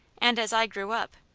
and as i grew up,